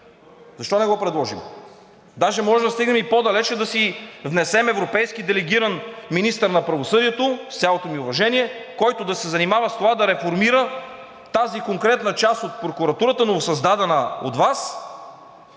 Защо не го предложим? Даже може да стигнем и по-далеч – да си внесем европейски делегиран министър на правосъдието, с цялото ми уважение, който да се занимава с това да реформира тази конкретна част от прокуратурата, новосъздадена от Вас.